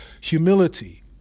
Humility